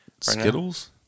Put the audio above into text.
Skittles